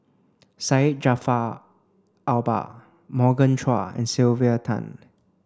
Syed Jaafar Albar Morgan Chua and Sylvia Tan